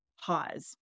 pause